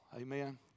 Amen